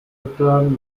returned